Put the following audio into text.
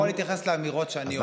אתה יכול להתייחס לאמירות שאני אומר.